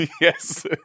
Yes